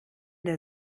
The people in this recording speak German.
der